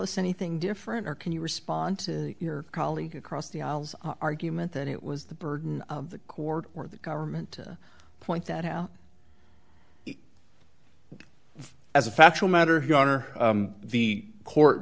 us anything different or can you respond to your colleague across the aisles argument that it was the burden of the court or the government to point that out as a factual matter you honor the court